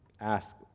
ask